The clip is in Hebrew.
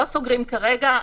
לא סוגרים כרגע,